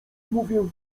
mówię